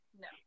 No